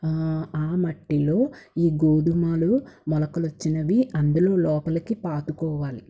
ఆ మట్టిలో ఈ గోధుమలు మొలకలొచ్చినవి అందులో లోపలికి పాతుకోవాలి